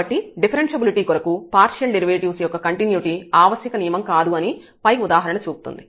కాబట్టి డిఫరెన్ష్యబిలిటీ కొరకు partial derivatives యొక్క కంటిన్యుటీ ఆవశ్యక నియమం కాదు అని పై ఉదాహరణ చూపుతుంది